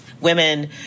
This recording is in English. women